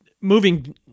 moving